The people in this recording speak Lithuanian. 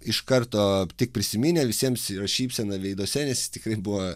iš karto tik prisiminę visiems yra šypsena veiduose nes jis tikrai buvo